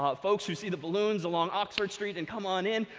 um folks who see the balloons along oxford street and come on in.